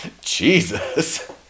Jesus